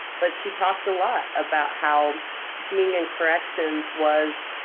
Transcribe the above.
but she talked a lot about how being in corrections was,